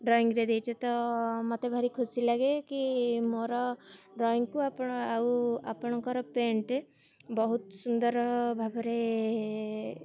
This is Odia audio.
ଡ୍ରଇଂରେ ଦେଇଛ ତ ମୋତେ ଭାରି ଖୁସି ଲାଗେ କି ମୋର ଡ୍ରଇଂକୁ ଆପଣ ଆଉ ଆପଣଙ୍କର ପେଣ୍ଟ୍ ବହୁତ ସୁନ୍ଦର ଭାବରେ